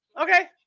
Okay